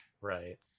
right